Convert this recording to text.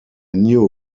new